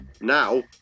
now